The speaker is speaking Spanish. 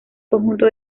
conjunto